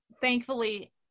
thankfully